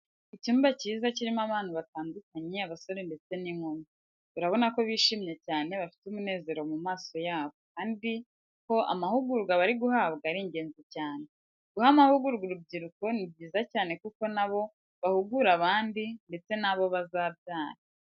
Icyumba cyiza kirimo abantu batandukanye, abasore ndetse n'inkumi. Urabona ko bishimye cyane bafite umunezero mu maso yabo, kandi ko amahugurwa bari guhabwa ari ingenzi cyane. Guha amahugurwa urubyiruko ni byiza cyane kuko na bo bahugura abandi ndetse n'abo bazabyara.